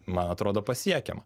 man atrodo pasiekiama